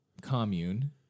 commune